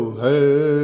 hey